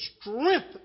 strength